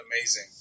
amazing